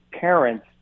parents